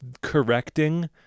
correcting